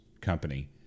company